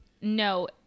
No